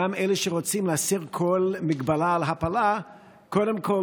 גם אלה שרוצים להסיר כל מגבלה על הפלה קודם כול